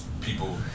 people